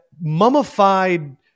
mummified